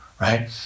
right